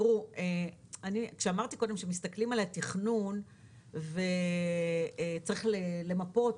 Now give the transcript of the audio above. כשאמרתי קודם שמסתכלים על התכנון וצריך למפות,